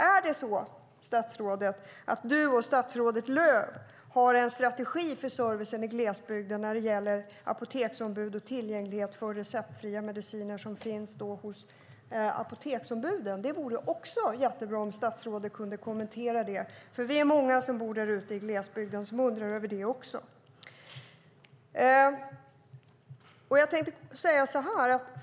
Är det så, statsrådet, att du och statsrådet Lööf har en strategi för servicen i glesbygden när det gäller apoteksombud och tillgänglighet till receptfria mediciner som finns hos apoteksombuden? Det vore jättebra om statsrådet kunde kommentera detta. Vi är nämligen många som bor där ute i glesbygden som undrar över detta.